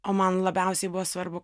o man labiausiai buvo svarbu